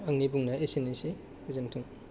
आंनि बुंनाया एसेनोसै गोजोनथों